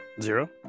Zero